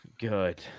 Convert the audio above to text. Good